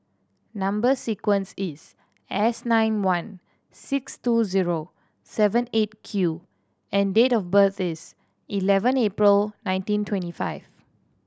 number sequence is S nine one six two zero seven Eight Q and date of birth is eleven April nineteen twenty five